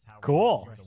cool